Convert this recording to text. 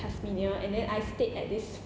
tasmania and then I stayed at this